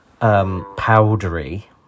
powdery